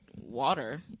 water